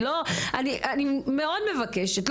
אני מאוד מבקשת,